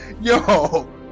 Yo